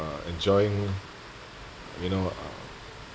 uh enjoying you know uh